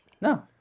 No